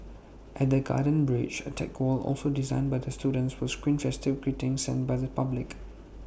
at the garden bridge A tech wall also designed by the students will screen festive greetings sent by the public